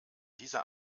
dieser